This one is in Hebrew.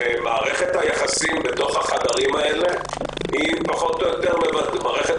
מערכת היחסים בחדרים האלה היא מערכת